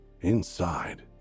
inside